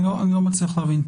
אני לא מצליח להבין.